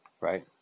Right